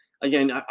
Again